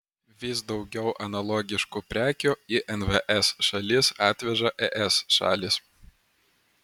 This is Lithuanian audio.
vis daugiau analogiškų prekių į nvs šalis atveža es šalys